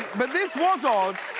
but this was odd,